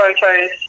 photos